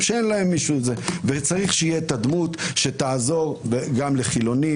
צריך שתהיה הדמות שתעזור גם לחילונים,